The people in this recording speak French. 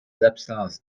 absences